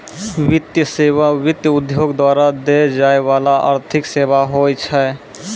वित्तीय सेवा, वित्त उद्योग द्वारा दै जाय बाला आर्थिक सेबा होय छै